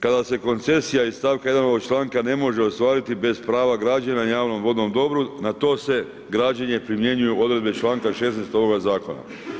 Kada se koncesija iz članka 1. ovog članka ne može ostvariti bez prava građenja na javnom vodnom dobru na to se građenje primjenjuju odredbe članka 16. ovoga zakona.